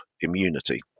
immunity